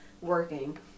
working